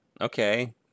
Okay